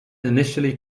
initially